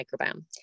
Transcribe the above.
microbiome